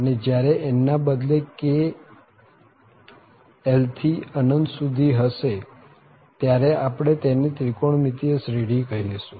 અને જયારે n ના બદલે k 1 થી અનંત સુધી જશે ત્યારે આપણે તેને ત્રિકોણમિતિય શ્રેઢી કહીશું